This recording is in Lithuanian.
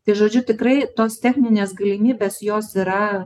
tai žodžiu tikrai tos techninės galimybės jos yra